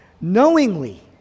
knowingly